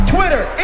Twitter